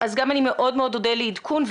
אני מאוד אודה לעדכון.